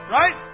right